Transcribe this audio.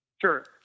Sure